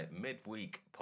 midweek